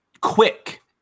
quick